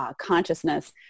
consciousness